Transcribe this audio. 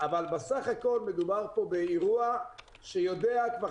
אבל בסך הכול מדובר באירוע שיודע כבר